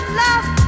love